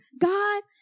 God